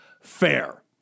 fair